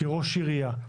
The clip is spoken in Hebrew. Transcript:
כראש עירייה,